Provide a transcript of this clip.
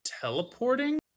teleporting